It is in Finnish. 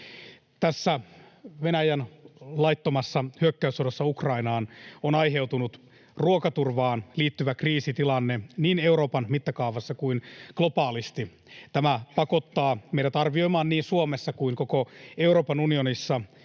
Tästä Venäjän laittomasta hyökkäyssodasta Ukrainaan on aiheutunut ruokaturvaan liittyvä kriisitilanne niin Euroopan mittakaavassa kuin globaalisti. Tämä pakottaa meidät arvioimaan niin Suomessa kuin koko Euroopan unionissa